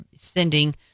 sending